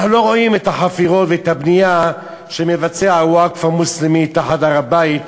אנחנו לא רואים את החפירות ואת הבנייה שמבצע הווקף המוסלמי תחת הר-הבית.